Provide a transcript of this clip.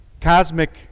cosmic